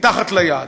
מתחת ליד.